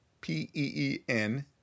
P-E-E-N